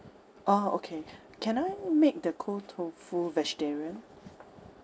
orh okay can I make the cold tofu vegetarian